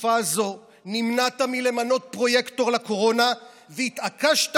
בתקופה הזאת נמנעת מלמנות פרויקטור לקורונה והתעקשת